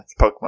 Pokemon